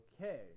okay